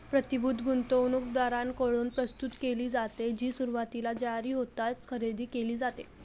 प्रतिभूती गुंतवणूकदारांकडून प्रस्तुत केली जाते, जी सुरुवातीला जारी होताच खरेदी केली जाते